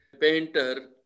painter